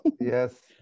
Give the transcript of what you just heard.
Yes